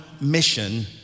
mission